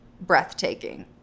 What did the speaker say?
breathtaking